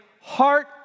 heart